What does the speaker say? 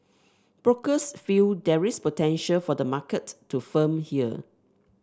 brokers feel there is potential for the market to firm here